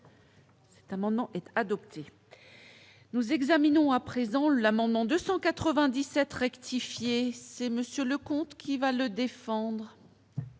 Amendement était adopté. Nous examinons à présent l'amendement 297 rectifier c'est monsieur le comte qui va le défendre.